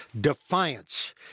defiance